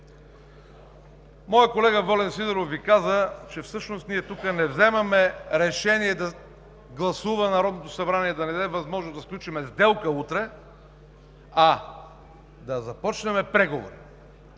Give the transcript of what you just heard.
Моят колега Волен Сидеров Ви каза, че всъщност ние тук не вземаме решение да гласува Народното събрание и да ни даде възможност да сключим сделка утре, а да започнем преговори.